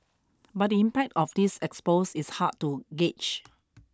but the impact of this expose is hard to gauge